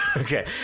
Okay